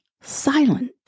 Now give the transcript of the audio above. silent